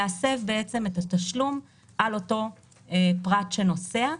להסב את התשלום על אותו פרט שנוסע.